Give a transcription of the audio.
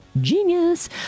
Genius